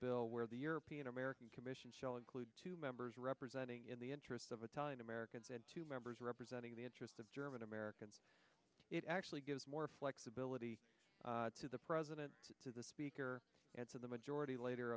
bill where the european american commission shall include two members representing in the interests of italian americans and two members representing the interests of german americans it actually gives more flexibility to the president to the speaker and to the majority leader